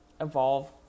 evolve